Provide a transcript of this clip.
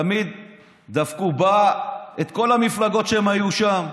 תמיד דפקו את כל המפלגות שהם היו בהן.